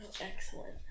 excellent